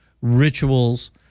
rituals